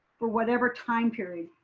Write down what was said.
for whatever time period.